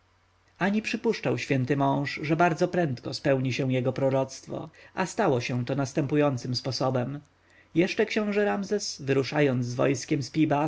przypuszczał święty mąż że bardzo prędko spełni się jego proroctwo a stało się to następującym sposobem jeszcze książę ramzes wyruszając z wojskiem